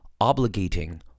obligating